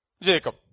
Jacob